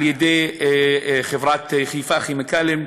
על-ידי חברת חיפה כימיקלים,